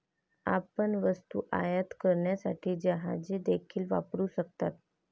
आपण वस्तू आयात करण्यासाठी जहाजे देखील वापरू शकता